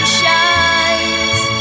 shines